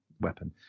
weapon